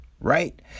right